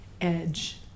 edge